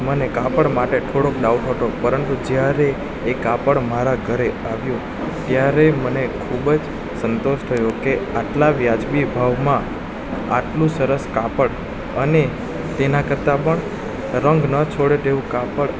મને કાપડ માટે થોડો ડાઉટ હતો પરંતુ જ્યારે એ કાપડ મારા ઘરે આવ્યું ત્યારે મને ખૂબ જ સંતોષ થયો કે આટલા વ્યાજબી ભાવમાં આટલું સરસ કાપડ અને તેના કરતાં પણ રંગ ન છોડે તેવું કાપડ